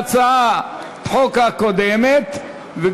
התשע"ה 2014,